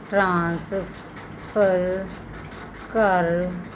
transfer ਕਰ